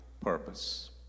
purpose